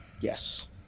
Yes